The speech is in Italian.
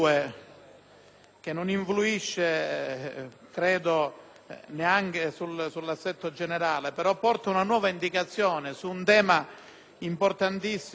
influisce sull'assetto generale, porti una nuova indicazione su un tema importantissimo, quello dell'energia.